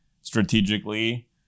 strategically